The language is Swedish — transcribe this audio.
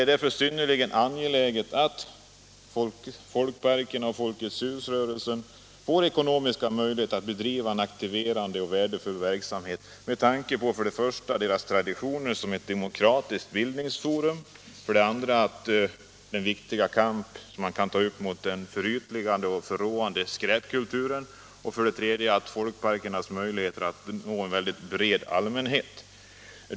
voi Det är synnerligen angeläget att folkparkerna och Folkets hus får eko — Anslag till allmänna nomiska möjligheter att bedriva en aktiverande och värdefull verksamhet — kulturändamål, med tanke på för det första deras traditioner som demokratiskt bild — m.m. ningsforum, för det andra det viktiga i att ta upp kampen mot en förytligande och förråande skräpkultur och för det tredje folkparkernas möjligheter att nå en bred allmänhet.